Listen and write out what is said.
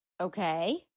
Okay